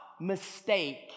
mistake